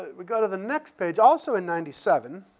we go to the next page. also in ninety seven,